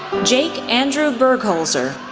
jake andrew burgholzer,